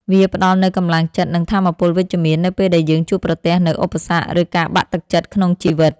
វាផ្ដល់នូវកម្លាំងចិត្ត និងថាមពលវិជ្ជមាននៅពេលដែលយើងជួបប្រទះនូវឧបសគ្គ ឬការបាក់ទឹកចិត្តក្នុងជីវិត។